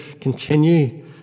continue